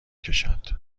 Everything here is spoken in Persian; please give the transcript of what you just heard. کشد